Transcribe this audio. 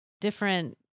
different